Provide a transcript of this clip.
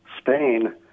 Spain